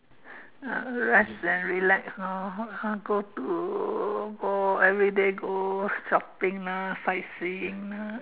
uh rest and relax lor go to go everyday go shopping lah sight seeing lah